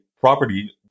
property